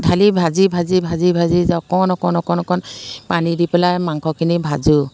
ঢালি ভাজি ভাজি ভাজি ভাজি অকণ অকণ অকণ অকণ পানী দি পেলাই মাংসখিনি ভাজোঁ